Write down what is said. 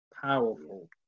powerful